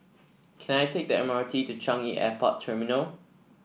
can I take the M R T to Changi Airport Terminal